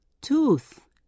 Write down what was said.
Tooth